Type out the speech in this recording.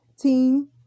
team